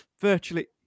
virtually